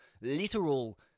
literal